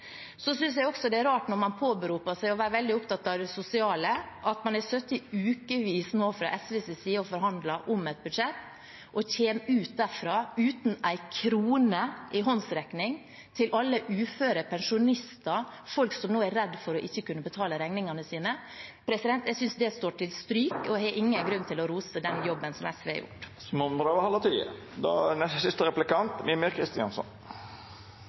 synes også det er rart, når man påberoper seg å være veldig opptatt av det sosiale, at man fra SVs side har sittet i ukevis og forhandlet om et budsjett og kommer ut derfra uten en krone i håndsrekning til alle uføre pensjonister, folk som nå er redd for å ikke kunne betale regningene sine. Jeg synes det står til stryk og har ingen grunn til å rose den jobben som SV har gjort. Presidenten minner om at ein må prøva å halda taletida. Når representanten Listhaug er